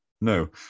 No